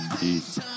Peace